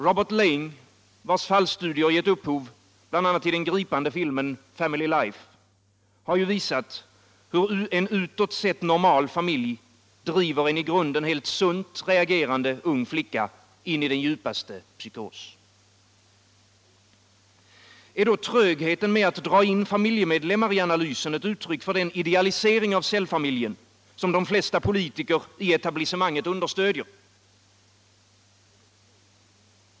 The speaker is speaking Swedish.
Robert Laing, vars fallstudier gett upphov till bl.a. den gripande filmen Family Life, har visat hur en utåt sett normal familj driver en i grunden helt sunt reagerande ung flicka in i den djupaste psykos. Är trögheten att dra in familjemedlemmarna i analysen ett uttryck för den idealisering av cellfamiljen, som de flesta politiker i etablissemanget understöder?